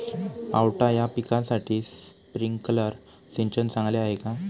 पावटा या पिकासाठी स्प्रिंकलर सिंचन चांगले आहे का?